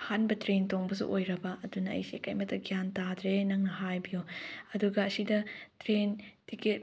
ꯑꯍꯥꯟꯕ ꯇ꯭ꯔꯦꯟ ꯇꯣꯡꯕꯁꯨ ꯑꯣꯏꯔꯕ ꯑꯗꯨꯅ ꯑꯩꯁꯦ ꯀꯔꯤꯝꯃꯇ ꯒ꯭ꯌꯥꯟ ꯇꯥꯗ꯭ꯔꯦ ꯅꯪꯅ ꯍꯥꯏꯕꯤꯌꯨ ꯑꯗꯨꯒ ꯑꯁꯤꯗ ꯇ꯭ꯔꯦꯟ ꯇꯤꯀꯦꯠ